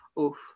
Oof